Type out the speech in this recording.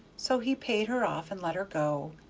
so he paid her off and let her go.